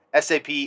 SAP